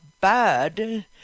bad